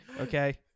Okay